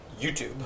YouTube